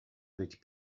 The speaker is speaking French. avec